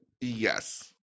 Yes